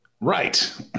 Right